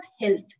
health